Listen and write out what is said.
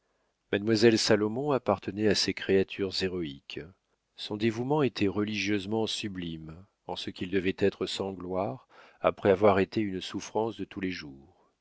mademoiselle salomon appartenait à ces créatures héroïques son dévouement était religieusement sublime en ce qu'il devait être sans gloire après avoir été une souffrance de tous les jours